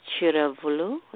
chiravulu